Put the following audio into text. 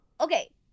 okay